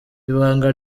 ibanga